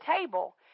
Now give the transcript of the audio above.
table